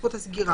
סמכות הסגירה.